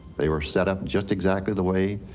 they were set up just exactly the way